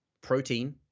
protein